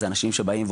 מדובר על אנשים שבאים,